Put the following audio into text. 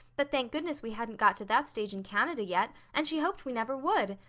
but thank goodness we hadn't got to that stage in canada yet and she hoped we never would.